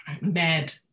mad